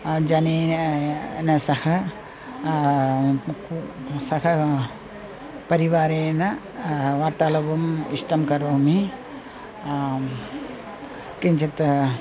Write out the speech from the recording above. जनेन न सह सहपरिवारेण वार्तालापं इष्टं करोमि किञ्चित्